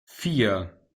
vier